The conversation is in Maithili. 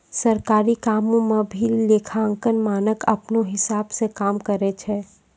सरकारी कामो म भी लेखांकन मानक अपनौ हिसाब स काम करय छै